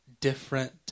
different